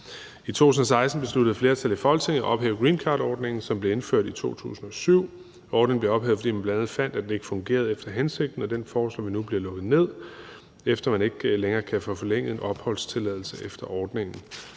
I 2016 besluttede et flertal i Folketinget at ophæve greencardordningen, som blev indført i 2007. Ordningen blev ophævet, fordi man bl.a. fandt, at den ikke fungerede efter hensigten, og den foreslår vi nu bliver lukket ned, efter at man ikke længere kan få forlænget en opholdstilladelse efter ordningen.